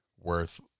worth